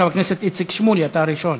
הצעות